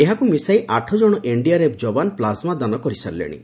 ଏହାକୁ ମିଶାଇ ଆଠଜଣ ଏନଡିଆରଏଫ ଯବାନ ପ୍ଲାଜମା ଦାନ କରିସାରିଲେଶି